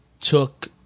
took